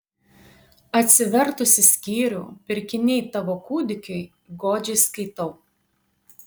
atsivertusi skyrių pirkiniai tavo kūdikiui godžiai skaitau